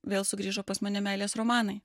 vėl sugrįžo pas mane meilės romanai